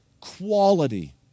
quality